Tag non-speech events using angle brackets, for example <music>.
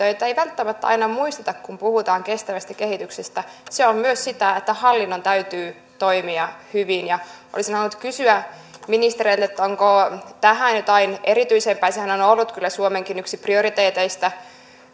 <unintelligible> joita ei välttämättä aina muisteta kun puhutaan kestävästä kehityksestä se on myös sitä että hallinnon täytyy toimia hyvin ja olisin halunnut kysyä ministereiltä onko tähän jotain erityisempää sehän on on ollut kyllä yksi suomenkin prioriteeteista